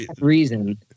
reason